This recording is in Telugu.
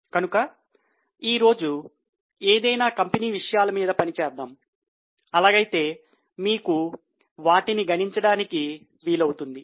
కనుక ఈరోజు ఏదైనా కంపెనీ విషయాలు మీద పని చేద్దాం అలాగైతే మీకు వాటిని గణించడానికి వీలవుతుంది